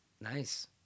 Nice